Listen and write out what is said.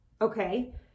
Okay